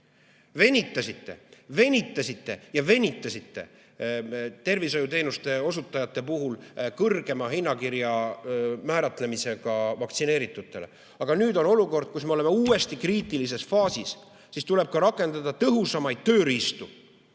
venitasite, venitasite ja venitasite tervishoiuteenuste osutajatele kõrgema hinnakirja määramisega vaktsineerimise eest. Aga nüüd on olukord, kus me oleme uuesti kriitilises faasis, ja nüüd tuleb rakendada tõhusamaid tööriistu.